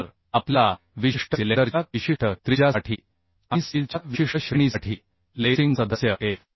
तर आपल्याला विशिष्ट सिलेंडरच्या विशिष्ट त्रिज्यासाठी आणि स्टीलच्या विशिष्ट श्रेणीसाठी लेसिंग सदस्य एफ